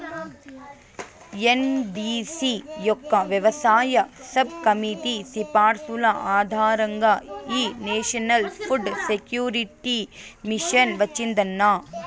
NDC యొక్క వ్యవసాయ sub committee సిఫార్సుల ఆధారంగా ఈ నేషనల్ ఫుడ్ సెక్యూరిటీ మిషన్ వచ్చిందన్న